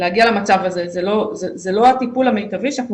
להגיע למצב הזה זה לא הטיפול המיטבי שאנחנו